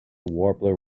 warbler